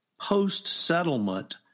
post-settlement